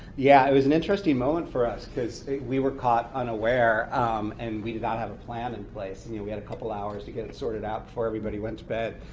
yeah it was an interesting moment for us because we were caught unaware and we did not have a plan in place. and yeah we had a couple hours to get it sorted out before everybody went to bed,